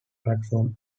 platform